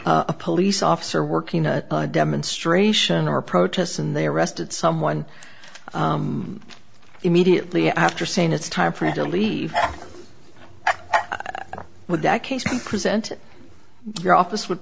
a police officer working a demonstration or protest and they arrested someone immediately after saying it's time for you to leave would that case be present your office would